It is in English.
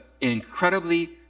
incredibly